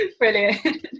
brilliant